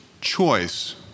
choice